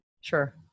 Sure